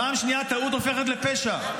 פעם שנייה טעות הופכת לפשע.